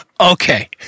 Okay